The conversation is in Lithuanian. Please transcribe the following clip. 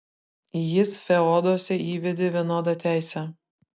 jis feoduose įvedė vienodą teisę